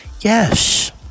Yes